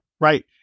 Right